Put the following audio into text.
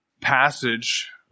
passage